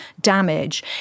damage